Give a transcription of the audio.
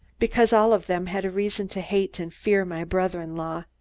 because all of them had reason to hate and fear my brother-in-law.